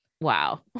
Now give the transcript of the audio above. wow